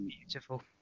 beautiful